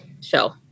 show